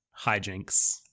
Hijinks